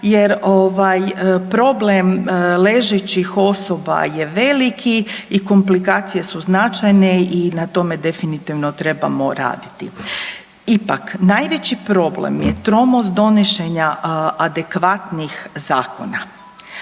ovaj problem ležećih osoba je veliki i komplikacije su značajne i na tome definitivno trebamo raditi. Ipak najveći problem je tromost donošenja adekvatnih zakona.